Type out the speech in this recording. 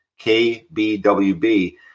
KBWB